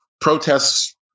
Protests